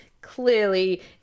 clearly